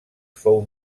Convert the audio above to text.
fou